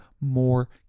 more